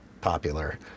popular